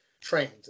trained